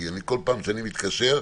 כי כל פעם שאני מתקשר,